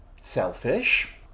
selfish